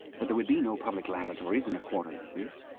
but there would be no public lavatories in a quarter like this.